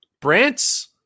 Brant's